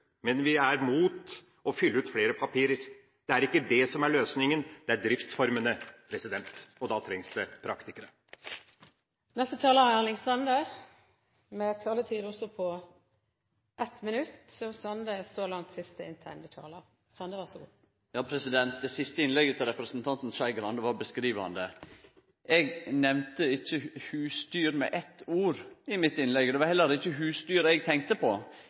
men vi er mot å fylle ut flere papirer. Det er ikke det som er løsningen, det er driftsformene, og da trengs det praktikere. Representanten Erling Sande har hatt ordet to ganger tidligere og får ordet til en kort merknad, begrenset til 1 minutt. Det siste innlegget til representanten Skei Grande var beskrivande. Eg nemnde ikkje husdyr med eitt ord i mitt innlegg, det var heller ikkje husdyr eg tenkte på.